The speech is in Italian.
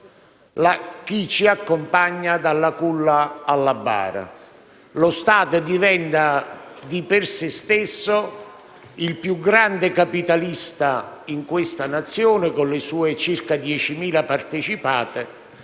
chi ci accompagna dalla culla alla bara. Lo Stato diventa di per se stesso il più grande capitalista in questa Nazione con le sue circa 10.000 partecipate